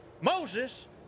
Moses